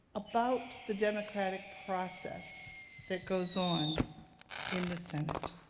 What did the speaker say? about the democratic process that goes on in the senate.